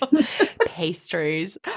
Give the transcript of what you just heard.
Pastries